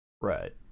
Right